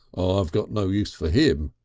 i've got no use for him.